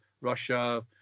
Russia